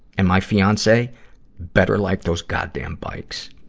and my fiance better like those goddamn bikes!